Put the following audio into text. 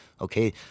okay